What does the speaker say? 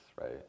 right